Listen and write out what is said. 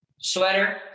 Sweater